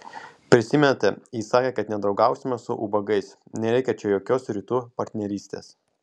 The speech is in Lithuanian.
prisimenate ji sakė kad nedraugausime su ubagais nereikia čia jokios rytų partnerystės